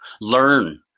Learn